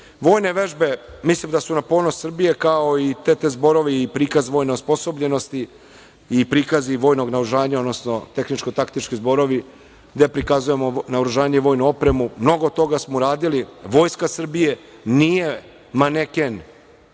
vežbe mislim da su na ponos Srbije, kao i TT zborovi, prikaz vojne osposobljenosti i prikazi vojnog naoružanja, odnosno tehničko-taktički zborovi, gde prikazujemo naoružanje i vojnu opremu. Mnogo toga smo uradili. Vojska Srbije nije maneken